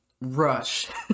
rush